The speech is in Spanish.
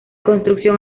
construcción